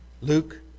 Luke